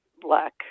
black